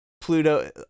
Pluto